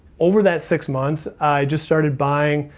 over that six months, i just started buying,